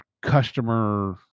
customer